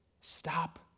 Stop